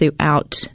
throughout